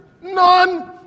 none